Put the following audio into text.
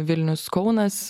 vilnius kaunas